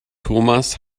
thomas